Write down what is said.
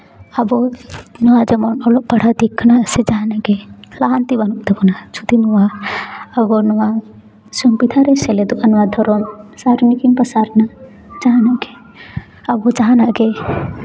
ᱟᱵᱚ ᱱᱚᱣᱟ ᱡᱮᱢᱚᱱ ᱚᱞᱚᱜ ᱯᱟᱲᱦᱟᱜ ᱫᱤᱠ ᱠᱷᱚᱱᱟᱜ ᱥᱮ ᱡᱟᱦᱟᱱᱟᱜ ᱜᱮ ᱞᱟᱦᱟᱱᱛᱤ ᱵᱟᱹᱱᱩᱜ ᱛᱟᱵᱚᱱᱟ ᱡᱚᱫᱤ ᱱᱚᱣᱟ ᱟᱵᱚ ᱱᱚᱣᱟ ᱥᱚᱝᱵᱤᱫᱷᱟᱱ ᱨᱮ ᱥᱮᱞᱮᱫᱚᱜᱼᱟ ᱱᱚᱣᱟ ᱫᱷᱚᱨᱚᱢ ᱥᱟᱹᱨᱤ ᱠᱤᱢᱵᱟ ᱥᱟᱨᱱᱟ ᱡᱟᱦᱟᱱᱟᱜ ᱜᱮ ᱟᱵᱚ ᱡᱟᱦᱟᱱᱟᱜ ᱜᱮ